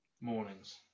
mornings